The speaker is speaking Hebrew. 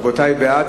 בעד,